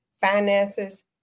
finances